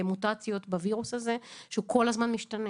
מוטציות בווירוס הזה שהוא כל הזמן משתנה.